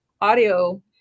audio